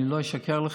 אני לא אשקר לך.